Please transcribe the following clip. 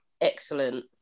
Excellent